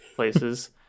places